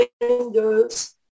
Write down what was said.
windows